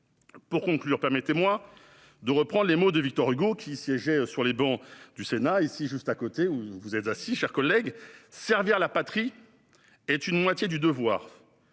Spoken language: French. Pour conclure, permettez-moi de reprendre les mots de Victor Hugo, qui siégeait sur les travées du Sénat, celles-là même où vous êtes assis, chers collègues :« Servir la patrie est une moitié du devoir,